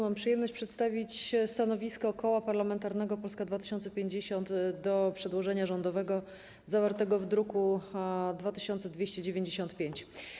Mam przyjemność przedstawić stanowisko Koła Parlamentarnego Polska 2050 dotyczące przedłożenia rządowego zawartego w druku nr 2295.